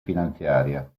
finanziaria